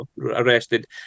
arrested